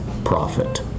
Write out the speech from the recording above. profit